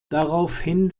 daraufhin